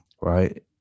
right